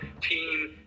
team